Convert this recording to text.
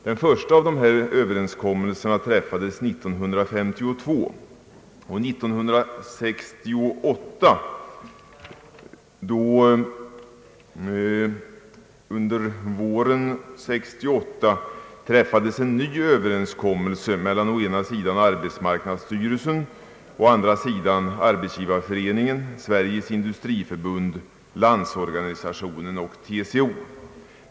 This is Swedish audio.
Den första av överenskommelserna träffades år 1952, och på våren 1968 träffades en ny överenskommelse mellan å ena sidan arbetsmarknadsstyrelsen och å andra sidan Sveriges industriförbund, Landsorganisationen och TCO.